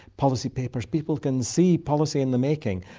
policy papers, people can see policy in the making.